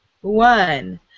one